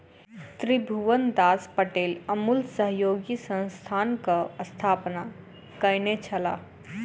त्रिभुवनदास पटेल अमूल सहयोगी संस्थानक स्थापना कयने छलाह